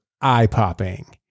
eye-popping